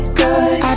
good